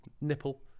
nipple